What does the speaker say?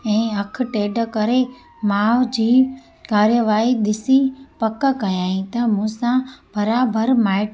ऐं अखि टेढ करे माउ जी कार्यवाही ॾिसी पक कयई त मूं सां बराबरि माए